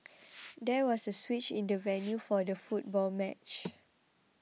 there was a switch in the venue for the football match